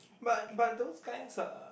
but but those kinds are